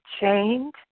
chained